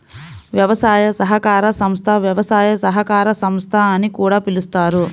వ్యవసాయ సహకార సంస్థ, వ్యవసాయ సహకార సంస్థ అని కూడా పిలుస్తారు